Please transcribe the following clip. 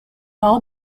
all